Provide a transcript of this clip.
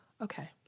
okay